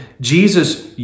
Jesus